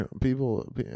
People